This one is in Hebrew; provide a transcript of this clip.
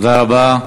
תודה רבה.